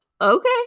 Okay